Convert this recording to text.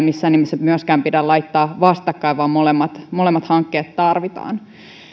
missään nimessä myöskään pidä laittaa vastakkain vaan molemmat molemmat hankkeet tarvitaan